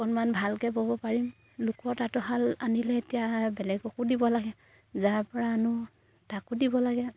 অকণমান ভালকে ব'ব পাৰিম লোকৰ তাতো শাল আনিলে এতিয়া বেলেগকো দিব লাগে যাৰ পৰা আনো তাকো দিব লাগে